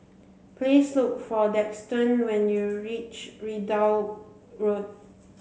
please look for Daxton when you reach Ridout Road